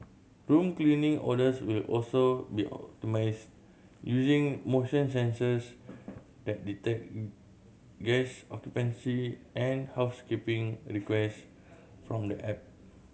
room cleaning orders will also be optimised using motion sensors that detect guest occupancy and housekeeping request from the app